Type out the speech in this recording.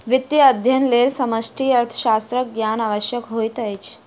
वित्तीय अध्ययनक लेल समष्टि अर्थशास्त्रक ज्ञान आवश्यक होइत अछि